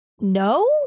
no